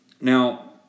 Now